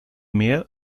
mehr